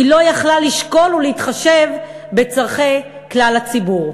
היא לא הייתה יכולה לשקול ולהתחשב בצורכי כלל הציבור.